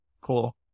cool